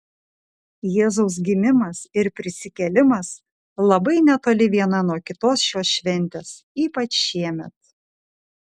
jėzaus gimimas ir prisikėlimas labai netoli viena nuo kitos šios šventės ypač šiemet